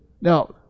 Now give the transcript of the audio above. Now